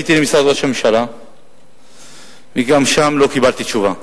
למגזר הדרוזי ואני מבקש לקבל נתונים על 2008,